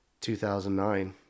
2009